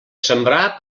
sembrar